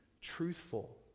truthful